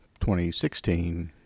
2016